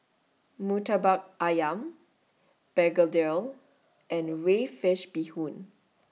Murtabak Ayam Begedil and Crayfish Beehoon